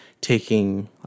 taking